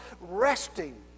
resting